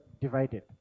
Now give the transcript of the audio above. divided